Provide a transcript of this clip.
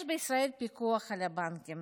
יש בישראל פיקוח על הבנקים